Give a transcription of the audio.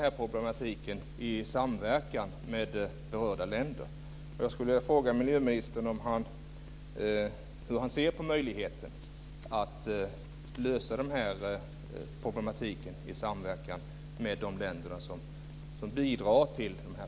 Därför ser jag det som ganska naturligt att man försöker lösa denna problematik i samverkan med berörda länder.